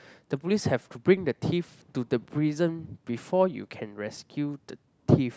the police have to bring the thief to the prison before you can rescue the thief